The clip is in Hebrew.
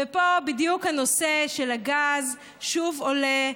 ופה בדיוק הנושא של הגז שוב עולה,